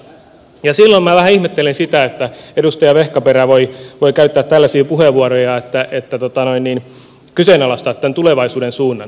silloin minä vähän ihmettelen sitä että edustaja vehkaperä voi käyttää tällaisia puheenvuoroja että kyseenalaistaa tämän tulevaisuuden suunnan